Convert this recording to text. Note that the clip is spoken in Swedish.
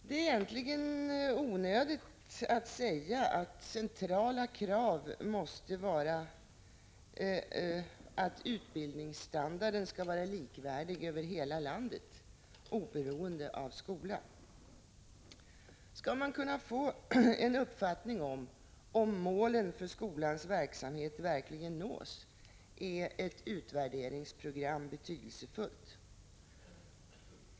Det är egentligen onödigt att säga att centrala krav måste vara att utbildningsstandarden skall vara likvärdig över hela landet, oberoende av skola. Skall man kunna få en uppfattning om huruvida målen för skolans verksamhet verkligen nås är ett utvärderingsprogram betydelsefullt.